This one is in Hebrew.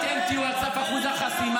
העם גם בחר באולמרט,